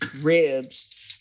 ribs